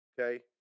Okay